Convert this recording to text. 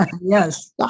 Yes